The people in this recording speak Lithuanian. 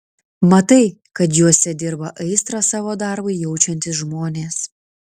matai kad juose dirba aistrą savo darbui jaučiantys žmonės